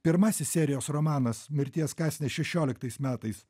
pirmasis serijos romanas mirties kąsniai šešioliktais metais